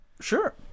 Sure